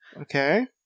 Okay